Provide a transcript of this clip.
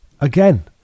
Again